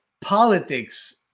politics